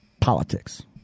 politics